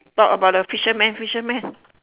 talk about the fisherman fisherman